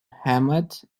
hamlet